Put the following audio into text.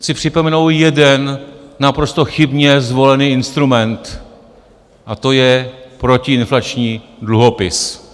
Chci připomenout jeden naprosto chybně zvolený instrument, a to je protiinflační dluhopis.